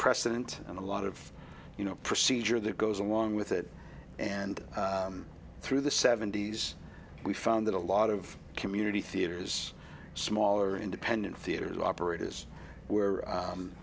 precedent and a lot of you know procedure that goes along with it and through the seventy's we found that a lot of community theaters smaller independent theaters operators were